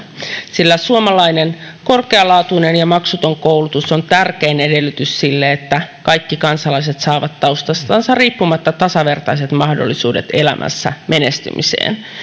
sillä suomalainen korkealaatuinen ja maksuton koulutus on tärkein edellytys sille että kaikki kansalaiset saavat taustastansa riippumatta tasavertaiset mahdollisuudet elämässä menestymiseen